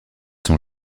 sont